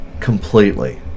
Completely